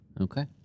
Okay